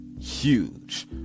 huge